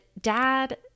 dad